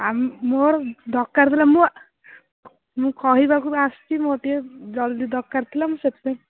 ଆ ମୋର ଦରକାର ଥିଲା ମୋ ମୁଁ କହିବାକୁ ବା ଆସୁଛି ମୋ ଟିକେ ଜଲ୍ଦି ଦରକାର ଥିଲା ମୁଁ ସେଥିପାଇଁ